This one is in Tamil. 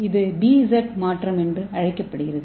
இது B Z மாற்றம் என்று அழைக்கப்படுகிறது